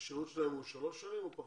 השירות שלהם הוא שלוש שנים או פחות?